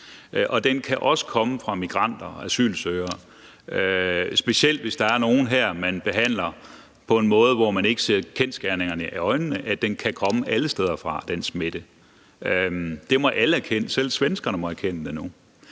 den kan også komme fra migranter og asylansøgere, specielt hvis der er nogen her, man behandler på en måde, hvor man ikke ser kendsgerningerne i øjnene, nemlig at den smitte kan komme alle steder fra. Det må alle erkende, selv svenskerne må erkende det nu.